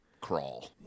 crawl